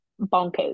bonkers